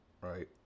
right